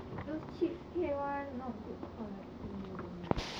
those cheapskate one not good quality don't like